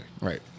Right